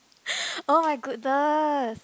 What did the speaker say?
oh my goodness